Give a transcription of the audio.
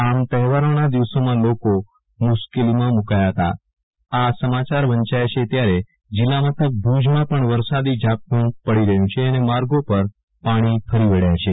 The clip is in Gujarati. આમતહેવારોના દિવસોમાં લોકોને મુશ્કેલીમાં મુ કાયા હતા આ સમાચાર વંચાય છે ત્યારે જીલ્લા મથક ભુજમાં વરસાદી ઝાપ્ટુ પડી રહ્યુ છે માર્ગો પર પાણી ફરી વબ્યા છે